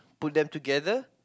put them together